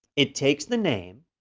it takes the name,